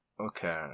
Okay